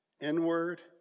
inward